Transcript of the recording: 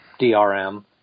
DRM